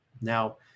Now